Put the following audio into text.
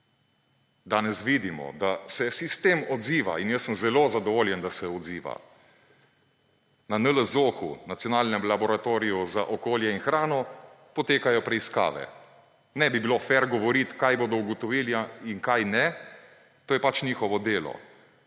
Danes vidimo, da se sistem odziva, in jaz sem zelo zadovoljen, da se odziva. Na NLZOH, Nacionalnem laboratoriju za okolje in hrano, potekajo preiskave. Nebi bilo fer govoriti, kaj bodo ugotovili in kaj ne, to je pač njihovo delo,